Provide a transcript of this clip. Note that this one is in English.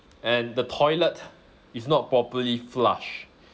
and the toilet is not properly flushed